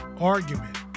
argument